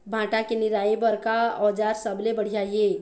भांटा के निराई बर का औजार सबले बढ़िया ये?